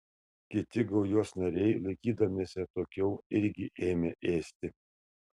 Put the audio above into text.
kiti gaujos nariai laikydamiesi atokiau irgi ėmė ėsti